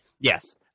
yes